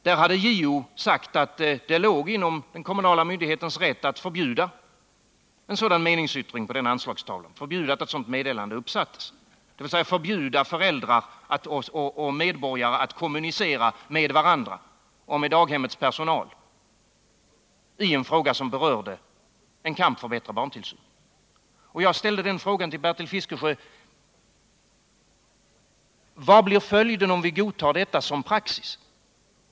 Där hade JO sagt att det låg inom den kommunala myndighetens rätt att förbjuda att ett sådant meddelande sattes upp på anslagstavlan, dvs. att förbjuda föräldrar och medborgare att kommunicera med varandra och med daghemspersonalen i en fråga som gällde kamp för bättre barntillsyn. Jag ställde då frågan till Bertil Fiskesjö: Vad blir följden om vi godtar detta som en praxis?